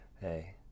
Hey